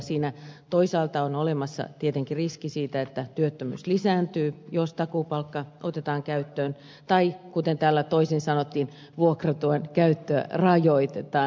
siinä toisaalta on olemassa tietenkin riski siitä että työttömyys lisääntyy jos takuupalkka otetaan käyttöön tai kuten täällä toisin sanottiin vuokratyön käyttöä rajoitetaan